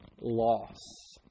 loss